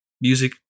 music